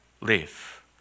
live